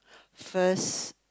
first